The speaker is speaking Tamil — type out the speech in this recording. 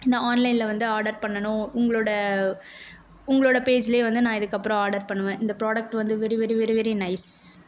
நான் ஆன்லைனில் வந்து ஆர்டர் பண்ணணும் உங்களோட உங்களோட பேஜ்ஜிலே வந்து நான் இதுக்கப்புறம் ஆர்டர் பண்ணுவேன் இந்த ப்ரோடக்ட் வந்து very very very very nice